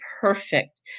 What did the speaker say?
perfect